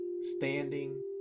Standing